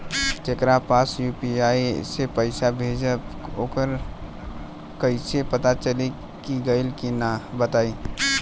जेकरा पास यू.पी.आई से पईसा भेजब वोकरा कईसे पता चली कि गइल की ना बताई?